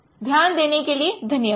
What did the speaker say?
ध्यान देने के लिये धन्यवाद